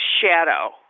shadow